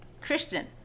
Christian